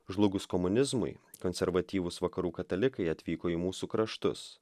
žlugus komunizmui konservatyvūs vakarų katalikai atvyko į mūsų kraštus